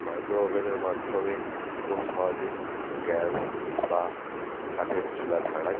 micro ওভেনের মাধ্যমে খুব সহজেই গ্যাস বা কাঠের চুলা ছাড়াই